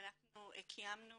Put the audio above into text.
קיימנו